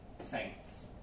saints